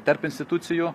tarp institucijų